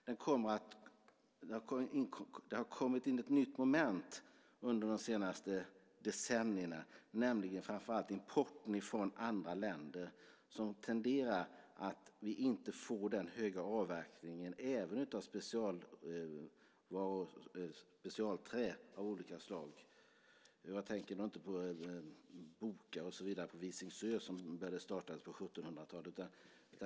Men det har kommit in i ett nytt moment under de senaste decennierna, nämligen framför allt importen från andra länder. Därför tenderar vi att inte få en hög avverkning, inte heller av specialträ av olika slag. Jag tänker då inte på avverkning av bok från Visingsö som startades på 1700-talet.